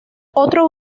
otro